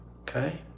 Okay